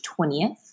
20th